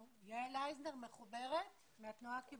היום אם תיקח צעיר כזה ותיתן לו עוד 5,000 שקל,